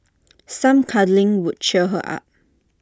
some cuddling would cheer her up